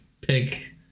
pick